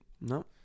No